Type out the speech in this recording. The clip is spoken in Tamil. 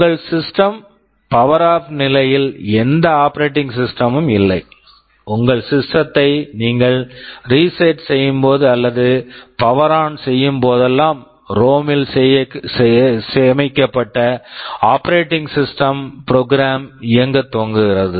உங்கள் system system power off power off நிலையில் எந்த ஆபெரடிங் சிஸ்டம் operating system மும் இல்லை உங்கள் சிஸ்டம் system த்தை நீங்கள் ரீசெட் reset செய்யும் போது அல்லது பவர் ஆன் power on செய்யும் போதெல்லாம் ரோம் ROM ல் சேமிக்கப்பட்ட ஆபெரடிங் சிஸ்டம் operating systemப்ரோக்ராம் program இயங்கத் தொடங்குகிறது